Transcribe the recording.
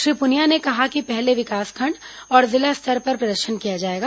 श्री पुनिया ने कहा कि पहले विकासखंड और जिला स्तर पर प्रदर्शन किया जाएगा